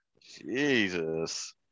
Jesus